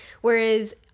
Whereas